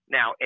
Now